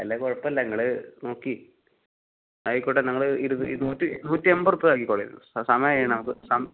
അല്ലേ കുഴപ്പയില്ല ഇങ്ങൾ നോക്കി ആയിക്കോട്ടെ നമ്മൾ ഇരു ഇരുന്നൂറ്റി നൂറ്റിയന്പത് റുപ്പയ ആക്കിക്കൊള്ളിൻ സമയമായി നമുക്ക് സമ്